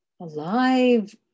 alive